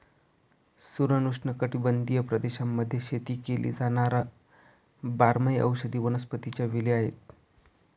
सुरण उष्णकटिबंधीय प्रदेशांमध्ये शेती केली जाणार बारमाही औषधी वनस्पतीच्या वेली आहे